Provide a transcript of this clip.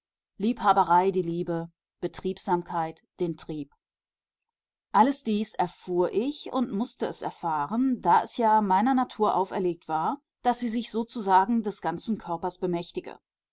liebhaberei die liebe betriebsamkeit den trieb alles dies erfuhr ich und mußte es erfahren da es ja meiner natur auferlegt war daß sie sich sozusagen des ganzen körpers bemächtige